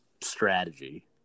strategy